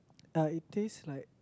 uh it taste like